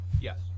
Yes